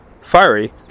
fiery